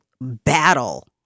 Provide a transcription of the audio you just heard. battle